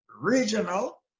regional